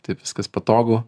taip viskas patogu